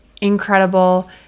incredible